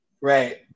Right